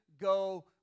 go